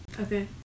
Okay